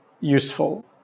useful